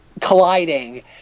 colliding